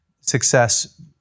success